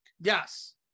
Yes